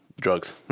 drugs